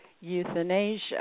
euthanasia